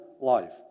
life